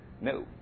No